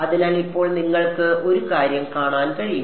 അതിനാൽ ഇപ്പോൾ നിങ്ങൾക്ക് ഒരു കാര്യം കാണാൻ കഴിയും